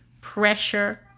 pressure